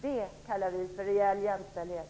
Det kallar vi för reell jämställdhet.